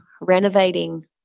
renovating